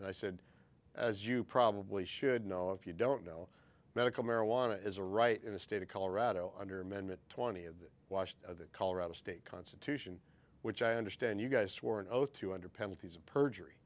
and i said as you probably should know if you don't know medical marijuana is a right in a state of colorado under amendment twenty of the wash of the colorado state constitution which i understand you guys swore an oath to under penalty of perjury